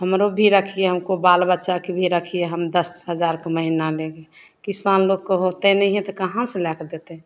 हमरो भी रखिए हमको बाल बच्चाके भी रखिए हम दस हजारके महिना लेबै किसान लोकके होतै नहिए तऽ कहाँसे लैके देतै